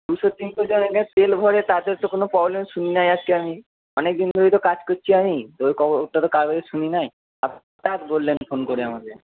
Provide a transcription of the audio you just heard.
দুশো তিনশোজন তেল ভরে তাদের তো কোনো প্রবলেম শুনি নাই আজকে আমি অনেক দিন ধরেই তো কাজ করছি আমি তো কারও কাছে শুনি নাই হঠাৎ বললেন ফোন করে আমাকে